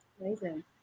Amazing